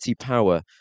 power